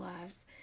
lives